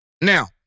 Now